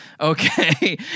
Okay